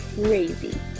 crazy